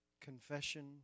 confession